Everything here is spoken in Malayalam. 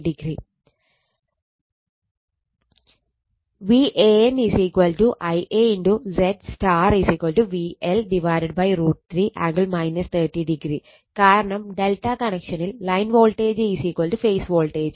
VAN Ia ZY VL√ 3 angle 30o കാരണം ∆ കണക്ഷനിൽ ലൈൻ വോൾട്ടേജ് ഫേസ് വോൾട്ടേജ്